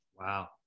Wow